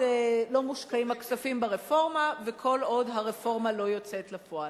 לא מושקעים הכספים ברפורמה וכל עוד הרפורמה לא יוצאת לפועל.